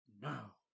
Now